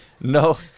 no